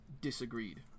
disagreed